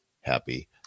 happy